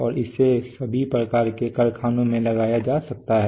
और इसे सभी प्रकार के कारखानों में लगाया जा सकता है